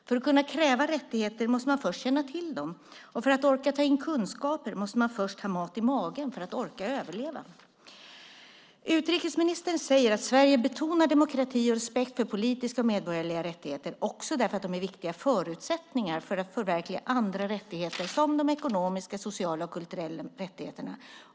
För att kunna kräva rättigheter måste man först känna till dem, och för att orka ta in kunskaper måste man först ha mat i magen för att överleva. Utrikesministern säger att Sverige betonar demokrati och respekt för politiska och medborgerliga rättigheter, också därför att de är viktiga förutsättningar för att förverkliga andra rättigheter som de ekonomiska, sociala och kulturella rättigheterna.